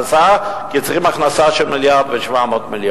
כי צריכים הכנסה של 1.7 מיליארד.